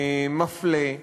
מפלה,